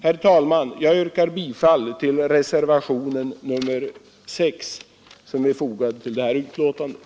Herr talman! Jag yrkar bifall till reservationen 6, som är fogad till betänkandet.